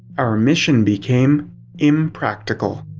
our mission became impractical.